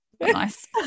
nice